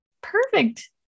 perfect